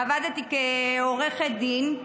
עבדתי כעורכת דין,